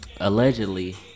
Allegedly